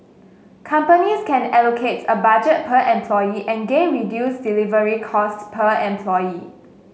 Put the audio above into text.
companies can allocate a budget per employee and gain reduced delivery cost per employee